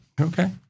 Okay